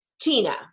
Tina